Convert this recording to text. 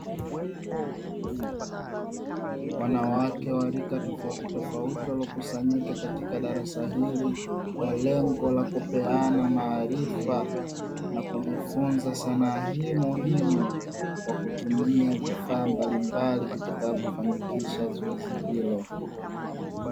Wanawake wa rika tofautitofauti waliokusanyika katika darasa hili kwa lengo la kupeana maarifa na kujifunza sanaa hii muhimu kwa kutumia vifaa mbalimbali vitakavyofanikisha zoezi hilo.